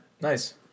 Nice